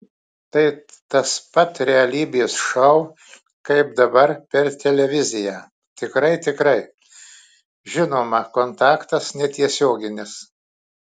tai tas pat realybės šou kaip dabar per televiziją tikrai tikrai žinoma kontaktas netiesioginis